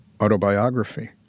autobiography